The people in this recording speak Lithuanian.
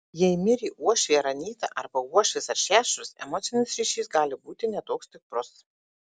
jei mirė uošvė ar anyta arba uošvis ar šešuras emocinis ryšys gali būti ne toks stiprus